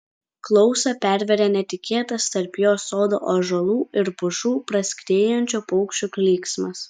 klausą pervėrė netikėtas tarp jos sodo ąžuolų ir pušų praskriejančio paukščio klyksmas